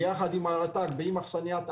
ביחד עם הרט"ג ועם האכסנייה.